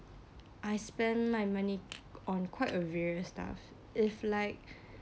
I spend my money on quite a various stuff if like